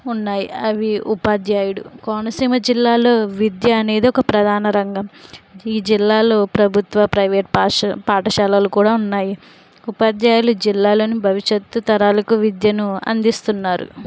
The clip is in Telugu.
ఉన్నాయి అవి ఉపాధ్యాయుడు కోనసీమ జిల్లాలో విద్య అనేది ఒక ప్రధాన రంగం ఈ జిల్లాలో ప్రభుత్వ ప్రైవేటు పాశా పాఠశాలలు కూడా ఉన్నాయి ఉపాధ్యాయుల జిల్లాలోని భవిష్యత్తు తరాలకు విద్యను అందిస్తున్నారు